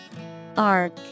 Arc